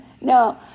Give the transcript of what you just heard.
No